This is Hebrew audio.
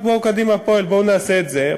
בואו, קדימה הפועל, בואו נעשה את זה.